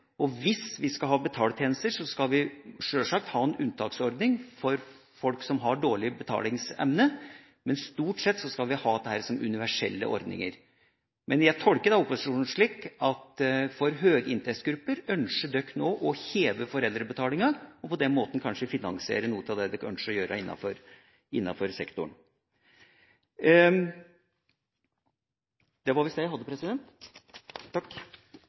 gratistjenester. Hvis vi skal ha betaltjenester, skal vi sjølsagt ha en unntaksordning for folk som har dårlig betalingsevne, men stort sett skal vi ha dette som universelle ordninger. Men jeg tolker opposisjonen slik at den for høginntektsgrupper nå ønsker å heve foreldrebetalinga – og på den måten kanskje finansiere noe av det man ønsker å gjøre innenfor sektoren. Denne debatten har vært en interessant opplevelse. Jeg må si at representanten Stokkan-Grande gjorde meg ganske varm i snippen. Jeg synes det